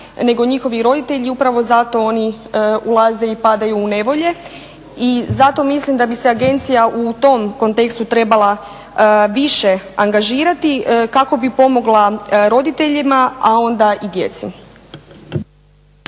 nego i njihovi roditelji i upravo zato oni ulaze i padaju u nevolje i zato mislim da bi se agencija u tom kontekstu trebala više angažirati kako bi pomogla roditeljima a onda i djeci.